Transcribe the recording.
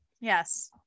Yes